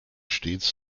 stets